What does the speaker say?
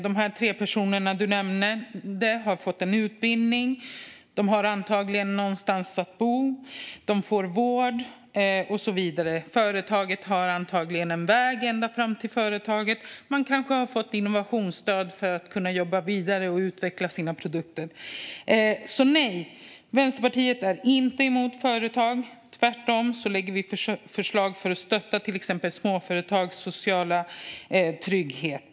De tre personer som du nämnde har fått en utbildning. De har antagligen någonstans att bo, de får vård och så vidare. Det finns antagligen en väg som går ända fram till företaget, och man kanske har fått innovationsstöd för att kunna jobba vidare och utveckla sina produkter. Nej - Vänsterpartiet är inte emot företag. Tvärtom lägger vi fram förslag för att stötta till exempel småföretags sociala trygghet.